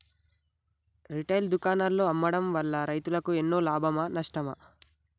Retail దుకాణాల్లో అమ్మడం వల్ల రైతులకు ఎన్నో లాభమా నష్టమా?